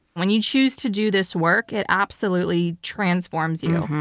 when you choose to do this work, it absolutely transforms you,